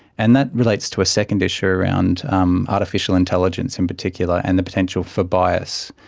and that relates to a second issue around um artificial intelligence in particular and the potential for bias.